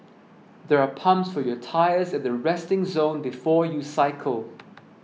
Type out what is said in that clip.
there are pumps for your tyres at the resting zone before you cycle